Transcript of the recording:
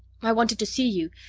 i wanted to see you.